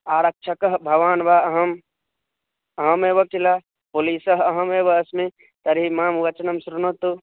आरक्षकः भवान् वा अहम् अहमेव खिल पोलीसः अहमेव अस्मि तर्हि मम वचनं श्रुणोतु